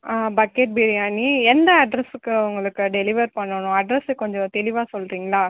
ஆ bucket biryani எந்த அட்ரெஸ்ஸுக்கு உங்களுக்கு டெலிவர் பண்ணணும் அட்ரெஸ்ஸை கொஞ்சம் தெளிவாக சொல்கிறீங்களா